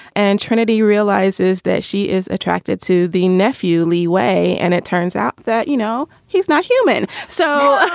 and trinity realizes that she is attracted to the nephew leeway. and it turns out that, you know, he's not human so